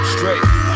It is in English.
Straight